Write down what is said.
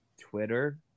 Twitter